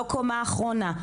לא קומה אחרונה,